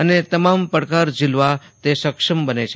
અને તમામ પડકાર ઝીલવા તે સક્ષમ બને છે